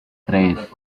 tres